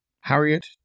Harriet